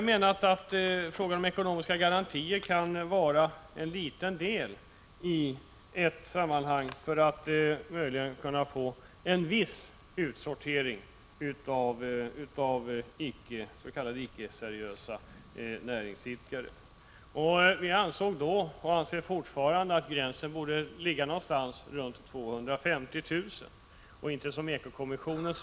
Vi menar att man med hjälp av ekonomiska garantier i någon utsträckning möjligen kan bidra till en viss utsortering när det gäller s.k. icke-seriösa näringsidkare. Vi har ansett, och vi anser fortfarande, att man borde dra en gräns vid omkring 250 000 kr. och inte vid 50 000 kr., som ekokommissionen = Prot.